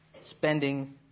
spending